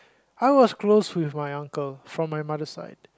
I was close with my uncle from my mother side